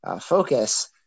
focus